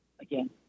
again